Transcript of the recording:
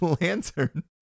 lantern